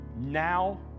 Now